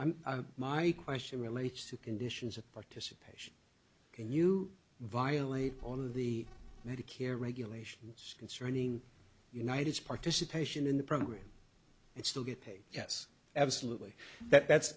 i'm my question relates to conditions of participation can you violate part of the medicare regulations concerning united's participation in the program and still get paid yes absolutely that's